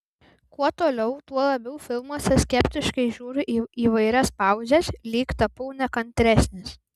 kuo toliau tuo labiau filmuose skeptiškai žiūriu į įvairias pauzes lyg tapau nekantresnis